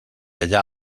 allà